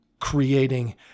creating